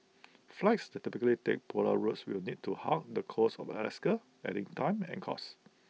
flights that typically take polar routes will need to hug the coast of Alaska adding time and cost